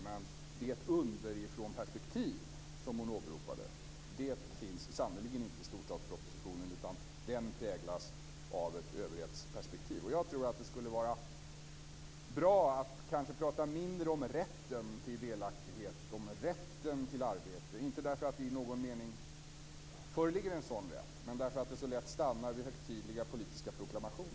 Men det underifrånperspektiv som hon åberopade finns sannerligen inte i storstadspropositionen. Den präglas av ett överhetsperspektiv. Jag tror att det skulle vara bra att kanske prata mindre om rätten till delaktighet och rätten till arbete - inte för att det i någon mening föreligger en sådan rätt utan för att det så lätt stannar vid högtidliga politiska proklamationer.